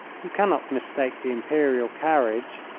you cannot mistake the imperial carriage,